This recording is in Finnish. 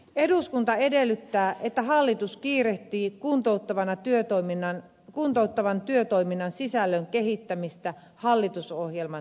eduskunta edellyttää että hallitus kiirehtii kuntouttavan työtoiminnan sisällön kehittämistä hallitusohjelman mukaisesti